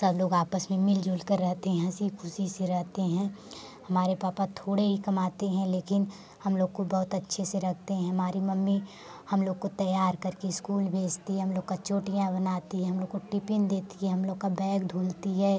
सब लोग आपस में मिल जुल कर रहते हैं हंसी खुशी से रहते हैं हमारे पापा थोड़े ही कमाते हैं लेकिन हम लोग को बहोत अच्छे से रखते हैं हमारी मम्मी हम लोग को तैयार करके इस्कूल भेजती है हम लोग का चोटियाँ बनाती है हम लोग को टिपिन देती है हम लोग का बैग धुलती है